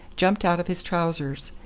jumped out of his trousers.